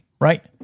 right